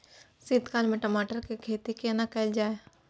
शीत काल में टमाटर के खेती केना कैल जाय?